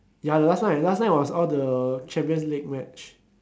ya last night last night was all the champions league match